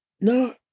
no